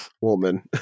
woman